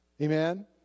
Amen